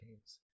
games